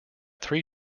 three